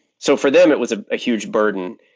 so for them, it was a huge burden.